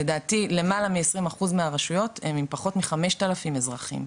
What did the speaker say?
לדעתי למעלה מ- 20% מהרשויות הם פחות מ- 5,000 אזרחים,